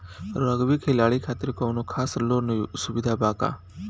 Rugby खिलाड़ी खातिर कौनो खास लोन सुविधा बा का?